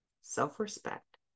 self-respect